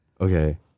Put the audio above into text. Okay